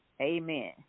Amen